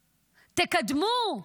תקדמו.